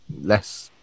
less